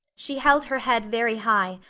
she held her head very high,